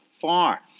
far